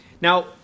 Now